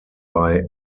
bei